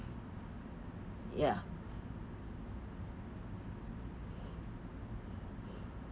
ya